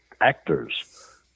actors